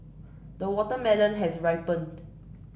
the watermelon has ripened